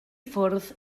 ffwrdd